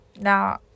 Now